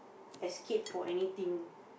escape for anything